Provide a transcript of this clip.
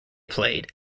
played